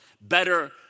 better